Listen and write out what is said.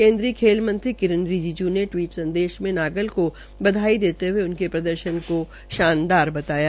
केन्द्रीय खेल मंत्री किरण रिजिज् ने टवीट संदेश में नागल केा बधाई देते हये उनके प्रदर्शन को शानदार बताया